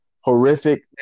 horrific